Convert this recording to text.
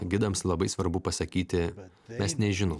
gidams labai svarbu pasakyti mes nežinom